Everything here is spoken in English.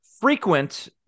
frequent